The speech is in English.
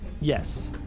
Yes